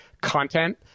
content